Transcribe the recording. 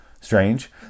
strange